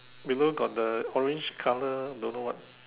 below got the orange color don't know what